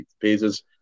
pages